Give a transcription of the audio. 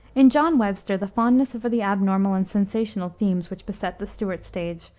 in john webster the fondness for the abnormal and sensational themes, which beset the stuart stage,